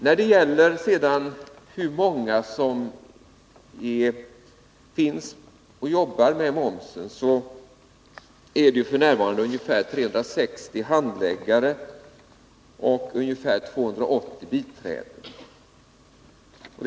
När det sedan gäller frågan om hur många som arbetar med momsen, är det f. n. ungefär 360 handläggare och ca 280 biträden.